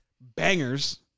bangers